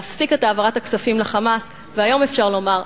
להפסיק את העברת הכספים ל"חמאס" והיום אפשר לומר,